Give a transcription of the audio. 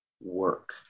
work